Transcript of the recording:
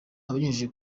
abinyujije